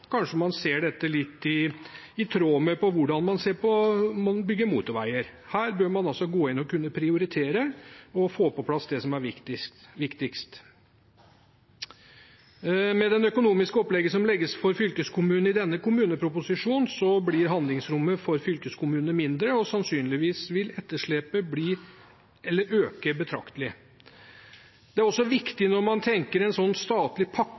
kanskje man ser dette i tråd med hvordan man ser på det å bygge motorveier. Her bør man kunne gå inn og prioritere og få på plass det som er viktigst. Med det økonomiske opplegget som legges for fylkeskommunene i kommuneproposisjonen, blir handlingsrommet for fylkeskommunene mindre, og sannsynligvis vil etterslepet øke betraktelig. Det er også viktig når man vurderer en sånn statlig pakke,